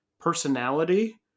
personality